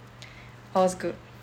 all is good